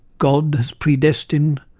god has predestined,